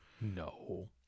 No